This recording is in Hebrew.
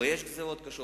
ויש גזירות קשות.